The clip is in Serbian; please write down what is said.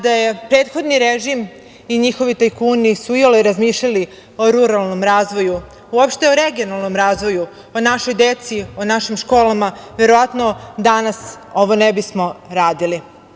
Da je prethodni režim i njihovi tajkuni su iole razmišljali o ruralnom razvoju, uopšte o regionalnom razvoju, o našoj deci, o našem školama, verovatno danas ovo ne bismo radili.